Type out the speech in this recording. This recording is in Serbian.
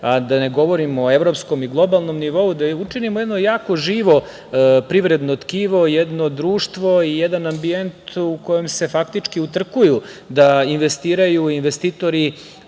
a da ne govorim o evropskom i globalnom nivou, da učinimo jedno jako živo privredno tkivo, jedno društvo i jedan ambijent u kojem se faktički utrkuju da investiraju investitori